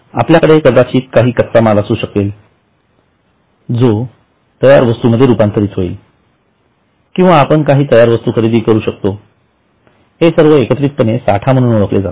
आपल्याकडे कदाचित काही कच्चा माल असू शकेल जो तयार वस्तूंमध्ये रुपांतरित होईल किंवा आपण काही तयार वस्तू खरेदी करू शकतो हे सर्व एकत्रितपणे साठा म्हणून ओळखले जाते